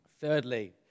Thirdly